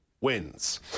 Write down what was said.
wins